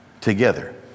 together